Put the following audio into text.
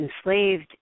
enslaved